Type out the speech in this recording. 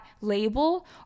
label